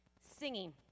Singing